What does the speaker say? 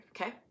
Okay